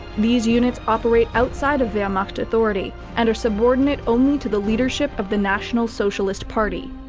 these units operate outside of wehrmacht authority and are subordinate only to the leadership of the national socialist party.